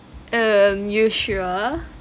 um you sure